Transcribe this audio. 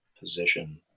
position